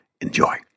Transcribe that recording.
Enjoy